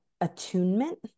attunement